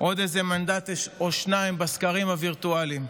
עוד איזה מנדט או שניים בסקרים הווירטואליים.